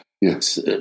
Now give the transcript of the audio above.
Yes